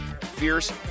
fierce